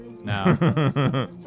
No